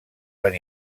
van